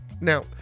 Now